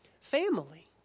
family